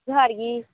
ᱡᱚᱦᱟᱨ ᱜᱤ